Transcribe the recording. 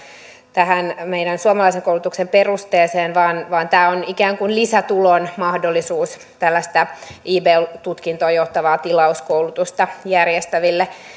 tähän meidän suomalaisen koulutuksen perusteeseen vaan vaan tämä on ikään kuin lisätulon mahdollisuus tällaista ib tutkintoon johtavaa tilauskoulutusta järjestäville